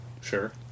Sure